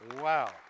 Wow